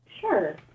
Sure